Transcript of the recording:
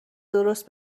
درست